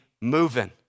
moving